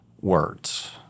words